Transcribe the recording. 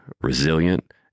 resilient